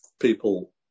people